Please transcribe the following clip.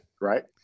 Right